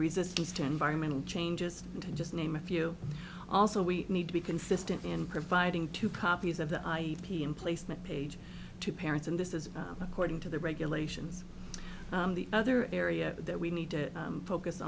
resistance to environmental changes and just name a few also we need to be consistent in providing two copies of the p emplacement page to parents and this is according to the regulations the other area that we need to focus